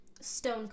stone